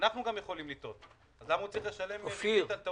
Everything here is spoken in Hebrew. אנחנו גם יכולים לטעות אז למה הוא צריך לשלם ריבית הטעות שלנו?